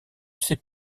sais